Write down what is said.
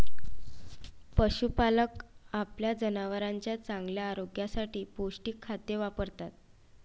पशुपालक आपल्या जनावरांच्या चांगल्या आरोग्यासाठी पौष्टिक खाद्य वापरतात